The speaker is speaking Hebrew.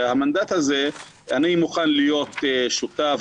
אני מוכן להיות שותף,